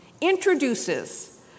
introduces